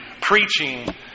preaching